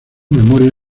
memoria